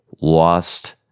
lost